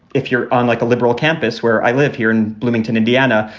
if you're on like a liberal campus where i live here in bloomington, indiana,